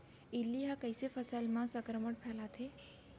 इल्ली ह कइसे फसल म संक्रमण फइलाथे?